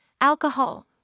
alcohol